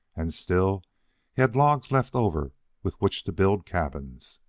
and still he had logs left over with which to build cabins.